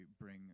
bring